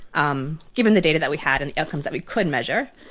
um given the data that we had and the outcomes that we could measure,